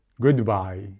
Goodbye